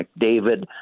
McDavid